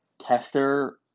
tester